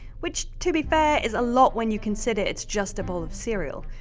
which to be fair, is a lot when you consider it's just a bowl of cereal.